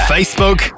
Facebook